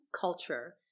culture